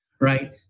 right